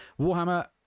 Warhammer